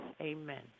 Amen